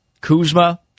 Kuzma